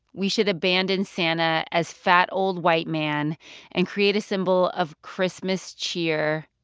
we should abandon santa as fat, old white man and create a symbol of christmas cheer.